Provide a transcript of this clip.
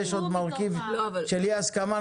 יש עוד מרכיב של אי הסכמה.